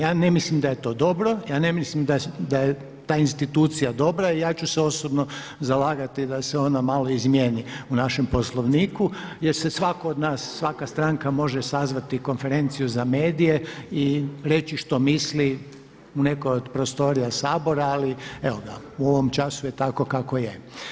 Ja ne mislim da je to dobro, ja ne mislim da je ta institucija dobra i ja ću se osobno zalagati da se ona malo izmijeni u našem Poslovniku jer se svatko od nas, svaka stranka može sazvati konferenciju za medije i reći što misli u nekoj o prostorija Sabora ali evo ga, u ovom času je tako kako je.